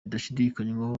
bidashidikanywaho